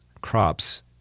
crops